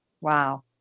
Wow